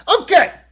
Okay